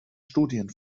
studien